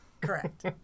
Correct